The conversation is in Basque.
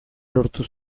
lortu